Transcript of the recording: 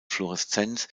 fluoreszenz